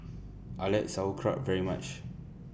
I like Sauerkraut very much